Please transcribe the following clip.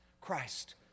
Christ